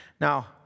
Now